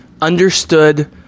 understood